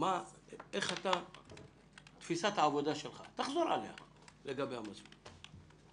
את תפיסת העבודה שלך לגבי המסלול.